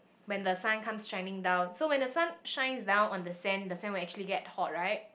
when the sun comes shining down so when the sun shines down on the sand the sand will actually get hot right